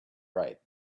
right